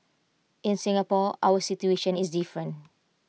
in Singapore our situation is different